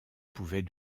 pouvait